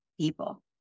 people